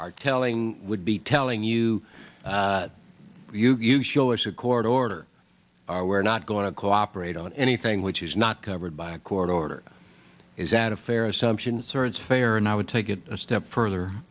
are telling would be telling you you you show us a court order we're not going to cooperate on anything which is not covered by a court order is that a fair assumption sir it's fair and i would take it a step further